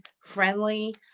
friendly